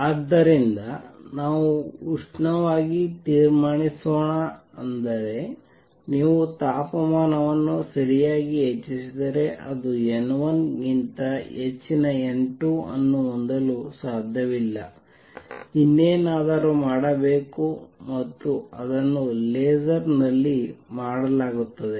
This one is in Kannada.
ಆದ್ದರಿಂದ ನಾವು ಉಷ್ಣವಾಗಿ ತೀರ್ಮಾನಿಸೋಣ ಅಂದರೆ ನೀವು ತಾಪಮಾನವನ್ನು ಸರಿಯಾಗಿ ಹೆಚ್ಚಿಸಿದರೆ ಅದು n1 ಗಿಂತ ಹೆಚ್ಚಿನ n2 ಅನ್ನು ಹೊಂದಲು ಸಾಧ್ಯವಿಲ್ಲ ಇನ್ನೇನಾದರೂ ಮಾಡಬೇಕು ಮತ್ತು ಅದನ್ನು ಲೇಸರ್ ನಲ್ಲಿ ಮಾಡಲಾಗುತ್ತದೆ